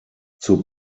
zur